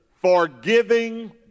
forgiving